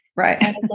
Right